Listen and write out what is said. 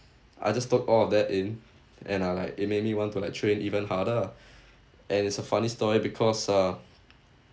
I just took all of that in and I like it made me want to like train even harder ah and it's a funny story because uh